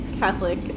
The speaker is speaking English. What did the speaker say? Catholic